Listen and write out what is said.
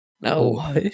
No